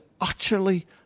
utterly